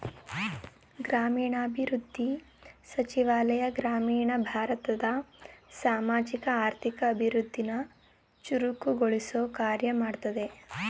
ಗ್ರಾಮೀಣಾಭಿವೃದ್ಧಿ ಸಚಿವಾಲಯ ಗ್ರಾಮೀಣ ಭಾರತದ ಸಾಮಾಜಿಕ ಆರ್ಥಿಕ ಅಭಿವೃದ್ಧಿನ ಚುರುಕುಗೊಳಿಸೊ ಕಾರ್ಯ ಮಾಡ್ತದೆ